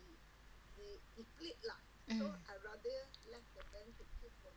mm